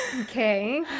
Okay